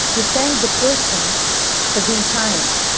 we thank the person for being kind,